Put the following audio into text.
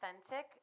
authentic